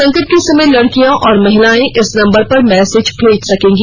संकट के समय लड़कियां और महिलाएं इस नंबर पर मैसेज भेज सकेंगी